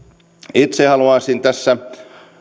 itse haluaisin tässä